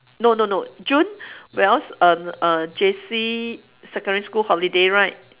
no no no june when all s~ uh uh J_C secondary school holiday right